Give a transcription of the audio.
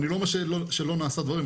ואני לא אומר שלא נעשים דברים,